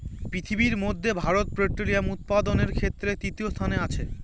পৃথিবীর মধ্যে ভারত পোল্ট্রি উৎপাদনের ক্ষেত্রে তৃতীয় স্থানে আছে